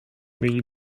mieli